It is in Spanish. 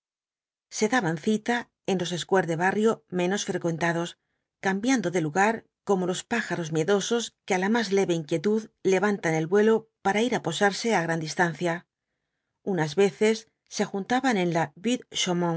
se daban cita en los squares de barrio menos frecuentados cambiando de lugar como los pájaros miedosos que á la más leve inquietud levantan el vuelo para ir á posarse á gran distancia unas veces se juntaban en las